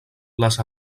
les